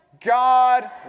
God